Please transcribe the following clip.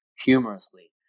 humorously